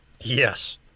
yes